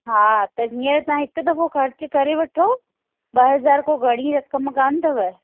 हा त हीअंर तव्हां हिकु दफ़ो ख़र्चु करे वठो ॿ हज़ार को घणी रक़म कोन्ह अथव